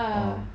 ah